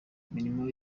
imirimo